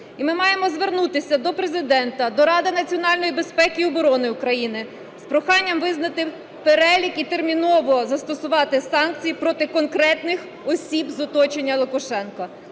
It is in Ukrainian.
І ми маємо звернутися до Президента, до Ради національної безпеки і оборони України з проханням визнати перелік і терміново застосувати санкції проти конкретних осіб з оточення Лукашенка,